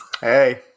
hey